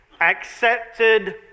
accepted